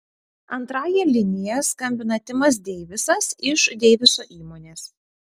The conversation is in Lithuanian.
antrąja linija skambina timas deivisas iš deiviso įmonės